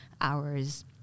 hours